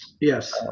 Yes